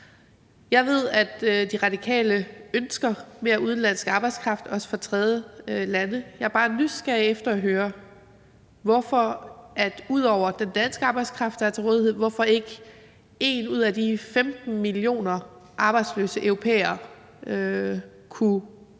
Jeg ved, at De Radikale ønsker mere udenlandsk arbejdskraft, også fra tredjelande, og jeg er bare nysgerrig efter at høre, hvorfor, ud over den danske arbejdskraft, der er til rådighed, ikke 1 ud af de 15 millioner arbejdsløse europæere kunne